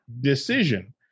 decision